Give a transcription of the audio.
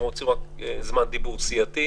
אנחנו רוצים רק זמן דיבור סיעתי.